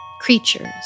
Creatures